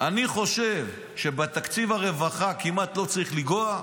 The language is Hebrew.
אני חושב שבתקציב הרווחה כמעט לא צריך לנגוע,